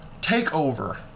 takeover